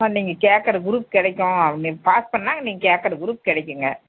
அம்மா நீங்கள் கேக்கிற குரூப் கிடைக்கும் நீங்க பாஸ் பண்ணால் நீங்கள் கேக்கிற குரூப் கிடைக்குங்க